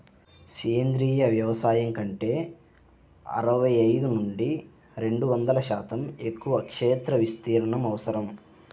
సేంద్రీయ వ్యవసాయం కంటే అరవై ఐదు నుండి రెండు వందల శాతం ఎక్కువ క్షేత్ర విస్తీర్ణం అవసరం